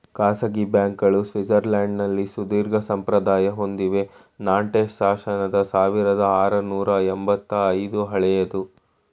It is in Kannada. ಖಾಸಗಿ ಬ್ಯಾಂಕ್ಗಳು ಸ್ವಿಟ್ಜರ್ಲ್ಯಾಂಡ್ನಲ್ಲಿ ಸುದೀರ್ಘಸಂಪ್ರದಾಯ ಹೊಂದಿವೆ ನಾಂಟೆಸ್ ಶಾಸನದ ಸಾವಿರದಆರುನೂರು ಎಂಬತ್ತ ಐದು ಹಳೆಯದು